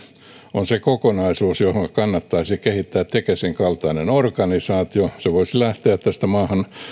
on se kokonaisuus johon kannattaisi kehittää tekesin kaltainen organisaatio se voisi lähteä